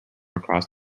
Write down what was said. across